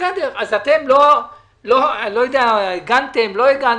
אז אתם הגנתם או לא הגנתם,